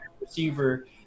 receiver